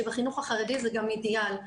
כי בחינוך החרדי זה גם אידיאל.